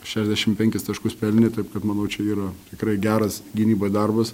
šešiasdešim penkis taškus pelnė taip kad manau čia yra tikrai geras gynyboj darbas